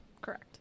correct